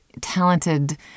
talented